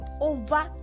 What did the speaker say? over